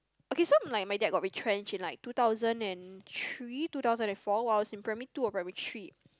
okay so like my dad got retrenched in like two thousand and three two thousand and four while I was in primary two or primary three